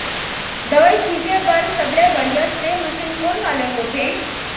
दवई छिंचे बर सबले बढ़िया स्प्रे मशीन कोन वाले होथे?